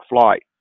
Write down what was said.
flight